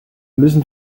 müssen